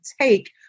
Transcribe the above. take